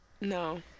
No